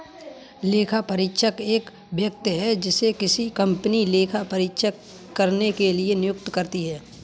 लेखापरीक्षक एक व्यक्ति है जिसे किसी कंपनी लेखा परीक्षा करने के लिए नियुक्त करती है